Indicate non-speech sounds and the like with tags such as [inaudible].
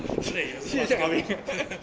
累也是 argue [laughs]